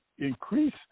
increase